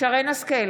שרן מרים השכל,